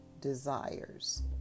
desires